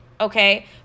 Okay